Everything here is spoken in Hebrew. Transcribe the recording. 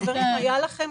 חברים, היה לכנסת